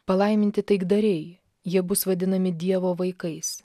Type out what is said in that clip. palaiminti taikdariai jie bus vadinami dievo vaikais